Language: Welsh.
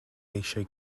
eisiau